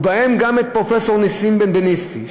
ובהם גם את פרופסור נסים בנבניסטי,